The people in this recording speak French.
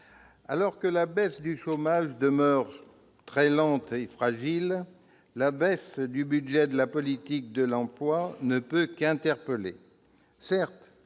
alors que la baisse du chômage demeure très lente et fragile, la baisse du budget de la politique de l'emploi ne peut qu'interpeller.